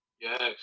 Yes